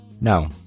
No